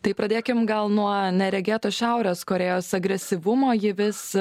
tai pradėkim gal nuo neregėto šiaurės korėjos agresyvumo ji vis